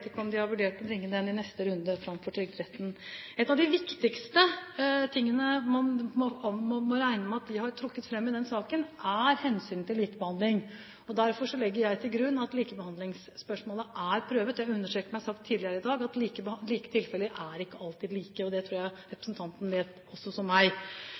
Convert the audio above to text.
om de i neste runde har vurdert å bringe den inn for Trygderetten. Noe av de viktigste man må regne med at de har trukket fram i den saken, er hensynet til likebehandling. Derfor legger jeg til grunn at likebehandlingsspørsmålet er prøvet. Jeg understreker, som jeg har sagt tidligere her i dag, at like tilfeller ikke alltid er like. Det tror jeg representanten vet like godt som meg.